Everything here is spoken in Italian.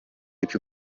più